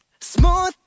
smooth